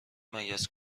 مگس